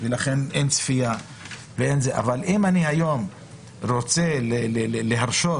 ולכן אי צפייה אבל אם אני היום רוצה להרשות